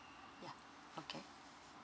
ya okay